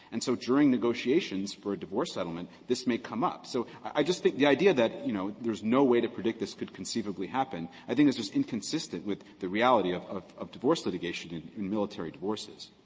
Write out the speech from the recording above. and so during negotiations for a divorce settlement, this may come up. so i just think the idea that, you know, there's no way to predict this could conceivably happen, i think, is just inconsistent with the reality of of of divorce litigation in in military divorces.